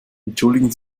entschuldigen